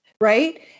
Right